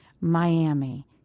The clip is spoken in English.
Miami